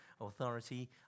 authority